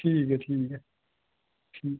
ठीक ऐ ठीक ऐ